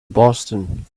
boston